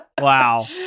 Wow